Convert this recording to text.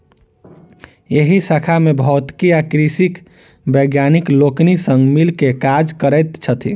एहि शाखा मे भौतिकी आ कृषिक वैज्ञानिक लोकनि संग मिल क काज करैत छथि